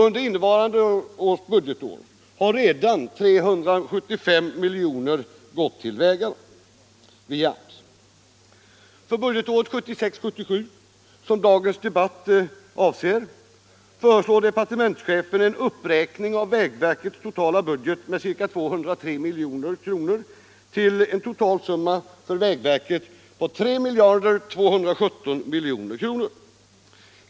Under innevarande budgetår har redan 375 milj.kr. via AMS gått till vägväsendet. För budgetåret 1976/77, som dagens debatt avser, föreslår departementschefen en uppräkning av vägverkets totala budget med ca 203 milj.kr. till 3 217 milj.kr.